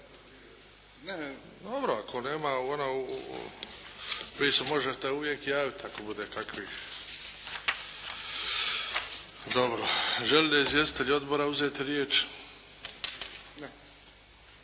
se ne čuje./ … Vi se možete uvijek javiti ako bude kakvih. Dobro. Žele li izvjestitelji odbora uzeti riječ? Ne.